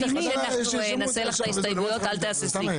אם תצטרכי שאנחנו נעשה לך את ההסתייגויות אל תהססי.